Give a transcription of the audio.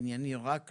ענייני רק לתקנות.